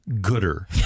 gooder